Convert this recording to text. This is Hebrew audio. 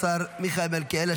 השר מיכאל מלכיאלי,